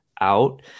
out